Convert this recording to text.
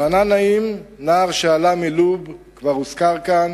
רענן נעים, נער שעלה מלוב, כבר הוזכר כאן,